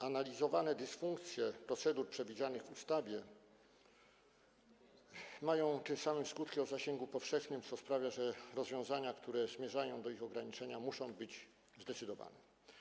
Analizowane dysfunkcje procedur przewidzianych w ustawie mają tym samym skutki o zasięgu powszechnym, co sprawia, że rozwiązania, które zmierzają do ich ograniczenia, muszą być zdecydowane.